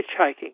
hitchhiking